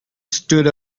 stood